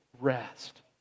rest